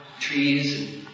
trees